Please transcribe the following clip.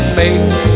make